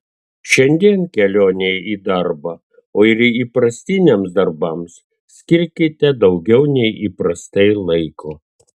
šiandien kelionei į darbą o ir įprastiniams darbams skirkite daugiau nei įprastai laiko